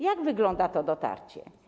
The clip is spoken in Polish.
Jak wygląda to dotarcie?